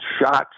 shots